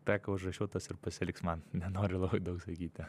tą ką užrašiau tas ir pasiliks man nenoriu labai daug sakyti